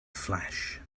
flash